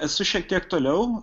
esu šiek tiek toliau